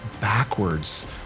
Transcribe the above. backwards